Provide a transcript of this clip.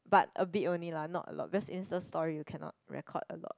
but a bit only lah not a lot cause Insta story you cannot record a lot